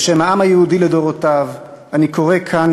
בשם העם היהודי לדורותיו אני קורא כאן,